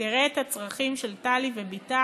תראה את הצרכים של טלי ובתה